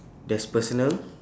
there's personal